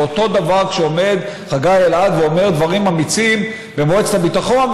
ואותו דבר כשעומד חגי אלעד ואומר דברים אמיצים במועצת הביטחון.